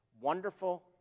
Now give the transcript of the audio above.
Wonderful